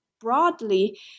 broadly